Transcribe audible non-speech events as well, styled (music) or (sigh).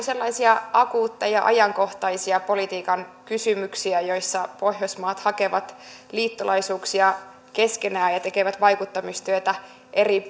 (unintelligible) sellaisia akuutteja ajankohtaisia politiikan kysymyksiä joissa pohjoismaat hakevat liittolaisuuksia keskenään ja ja tekevät vaikuttamistyötä eri (unintelligible)